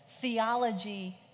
theology